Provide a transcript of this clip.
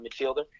midfielder